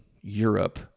Europe